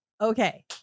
Okay